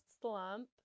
slump